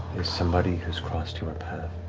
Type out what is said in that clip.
is somebody who's crossed your path.